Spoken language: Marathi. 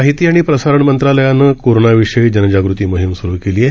माहिती आणि प्रसारण मंत्रालयानं कोरोनाविषयी जनजागृती मोहीम सूरु केली आहे